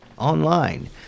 online